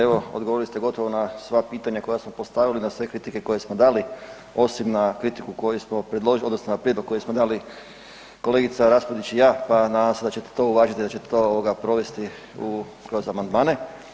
Evo odgovorili ste gotovo na sva pitanja koja smo postavili, na sve kritike koje smo dali osim na kritiku koju odnosno na prijedlog koji smo dali kolegica Raspudić i ja, pa nadam se da ćete to uvažiti i da ćete to provesti kroz amandmane.